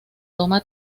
toma